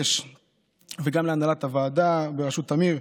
וגם להנהלת הוועדה בראשות טמיר.